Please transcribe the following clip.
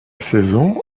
saison